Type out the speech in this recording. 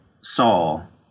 Saul